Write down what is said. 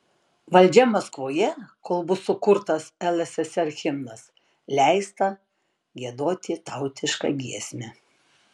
valdžia maskvoje kol bus sukurtas lssr himnas leista giedoti tautišką giesmę